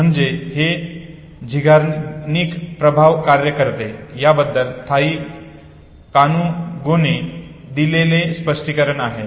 म्हणजे हे झिगार्निक प्रभाव कार्य करते याबद्दल थाई कानुगोने दिलेले स्पष्टीकरण आहे